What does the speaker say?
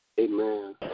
Amen